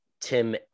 tim